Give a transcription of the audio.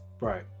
right